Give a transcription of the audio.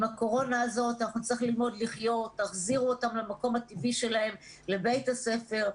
אנחנו נצטרך להחזיר אותם למקום הטבעי שלהם שהוא בית הספר.